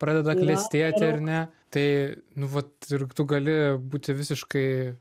pradeda klestėti ar ne tai nu vat ir tu gali būti visiškai